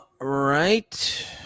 right